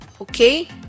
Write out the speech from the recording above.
Okay